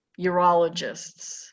urologists